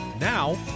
now